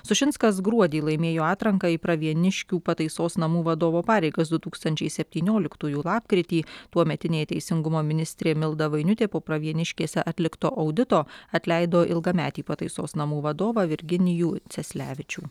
sušinskas gruodį laimėjo atranką į pravieniškių pataisos namų vadovo pareigas du tūkstančiai septynioliktųjų lapkritį tuometinė teisingumo ministrė milda vainiutė po pravieniškėse atlikto audito atleido ilgametį pataisos namų vadovą virginijų ceslevičių